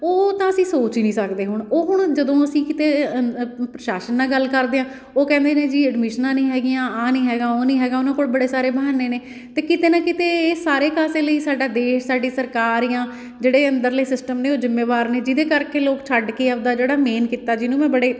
ਉਹ ਤਾਂ ਅਸੀਂ ਸੋਚ ਨਹੀਂ ਸਕਦੇ ਹੁਣ ਉਹ ਹੁਣ ਜਦੋਂ ਅਸੀਂ ਕਿਤੇ ਪ੍ਰਸ਼ਾਸਨ ਨਾਲ ਗੱਲ ਕਰਦੇ ਹਾਂ ਉਹ ਕਹਿੰਦੇ ਨੇ ਜੀ ਐਡਮਿਸ਼ਨਾ ਨਹੀਂ ਹੈਗੀਆਂ ਆਹ ਨੀ ਹੈਗਾ ਉਹ ਨਹੀਂ ਹੈਗਾ ਉਹਨਾਂ ਕੋਲ ਬੜੇ ਸਾਰੇ ਬਹਾਨੇ ਨੇ ਅਤੇ ਕਿਤੇ ਨਾ ਕਿਤੇ ਇਹ ਸਾਰੇ ਕਾਸੇ ਲਈ ਸਾਡਾ ਦੇਸ਼ ਸਾਡੀ ਸਰਕਾਰ ਜਾਂ ਜਿਹੜੇ ਅੰਦਰਲੇ ਸਿਸਟਮ ਨੇ ਉਹ ਜ਼ਿੰਮੇਵਾਰ ਨੇ ਜਿਹਦੇ ਕਰਕੇ ਲੋਕ ਛੱਡ ਕੇ ਆਪਦਾ ਜਿਹੜਾ ਮੇਨ ਕਿੱਤਾ ਜਿਹਨੂੰ ਮੈਂ ਬੜੇ